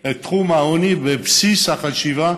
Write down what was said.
שכוללת את תחום העוני בבסיס החשיבה